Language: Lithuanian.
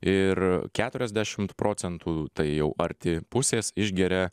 ir keturiasdešimt procentų tai jau arti pusės išgeria